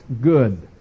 good